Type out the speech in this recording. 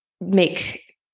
make